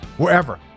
wherever